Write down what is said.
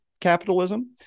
capitalism